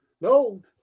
no